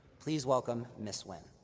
please welcome ms. wynne.